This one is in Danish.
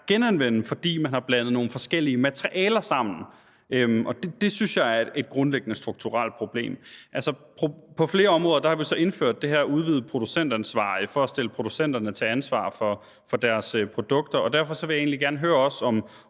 genanvende, fordi man har blandet nogle forskellige materialer sammen, og det synes jeg er et grundlæggende strukturelt problem. På flere områder har vi så indført det her udvidede producentansvar for at stille producenterne til ansvar for deres produkter, og derfor vil jeg egentlig også gerne høre, om